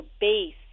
base